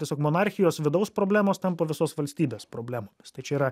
tiesiog monarchijos vidaus problemos tampa visos valstybės problemomis tai čia yra